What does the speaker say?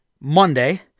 Monday